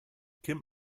kim